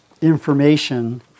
information